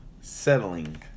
Settling